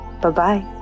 Bye-bye